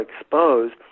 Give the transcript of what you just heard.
exposed